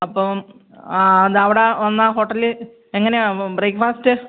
അപ്പം ആ അവിടെ വന്നാൽ ഹോട്ടൽ എങ്ങനെയാണ് ബ്രേക്ക്ഫാസ്റ്റ്